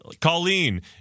Colleen